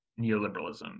neoliberalism